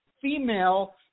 female